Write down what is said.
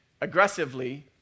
aggressively